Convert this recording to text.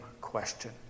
question